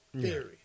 theory